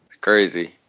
Crazy